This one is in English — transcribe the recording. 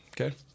Okay